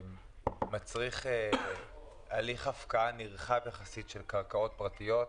מצריך הליך הפקעה נרחב יחסית של קרקעות פרטיות,